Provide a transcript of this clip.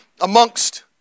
amongst